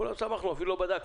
כולנו שמחנו ואפילו לא בדקנו,